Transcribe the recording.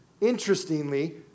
interestingly